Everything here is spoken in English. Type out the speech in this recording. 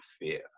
fear